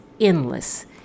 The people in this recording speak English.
endless